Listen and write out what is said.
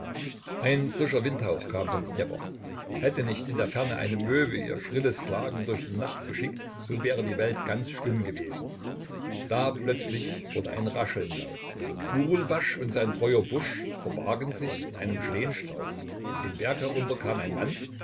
ein frischer windhauch kam vom dnjepr hätte nicht in der ferne eine möwe ihr schrilles klagen durch die nacht geschickt so wäre die welt ganz stumm gewesen da plötzlich wurde ein rascheln laut burulbasch und sein treuer bursch verbargen sich in einem schlehenstrauch den berg herunter kam ein mann